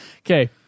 Okay